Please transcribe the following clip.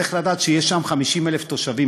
צריך לדעת שיש שם 50,000 תושבים,